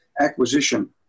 Acquisition